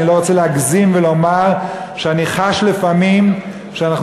אני לא רוצה להגזים ולומר שאני חש לפעמים שאנחנו